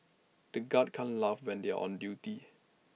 the guards can't laugh when they are on duty